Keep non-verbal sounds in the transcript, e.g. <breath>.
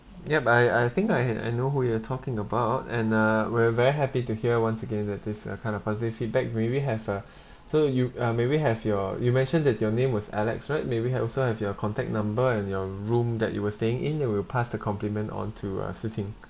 ya but I I think I ha~ I know who you're talking about and uh we're very happy to hear once again that this uh kind of positive feedback may we have uh <breath> so you uh may we have your you mentioned that your name was alex right may we have also have your contact number and your room that you were staying in then we'll pass the compliment onto uh si ting <breath>